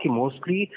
mostly